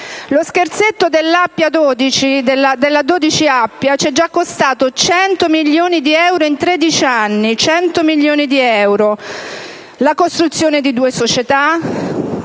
Lo scherzetto della A12-Appia ci è già costato 100 milioni di euro in tredici anni, la costruzione di due società,